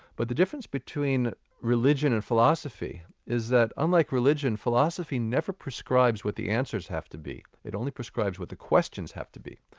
but the difference between religion and philosophy is that, unlike religion, philosophy never prescribes what the answers have to be, it only prescribes what the questions have to be.